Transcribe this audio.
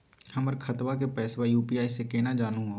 हमर खतवा के पैसवा यू.पी.आई स केना जानहु हो?